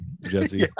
jesse